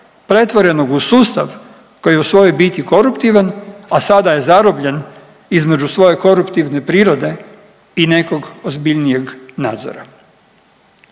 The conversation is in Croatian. pretvorenog u sustav koji je u svojoj biti koruptivan, a sada je zarobljen između svoje koruptivne prirode i nekog ozbiljnijeg nadzora.